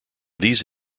these